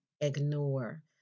ignore